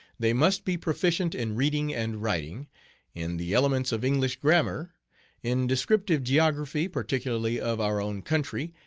they must be proficient in reading and writing in the elements of english grammar in descriptive geography, particularly of our own country,